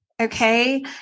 Okay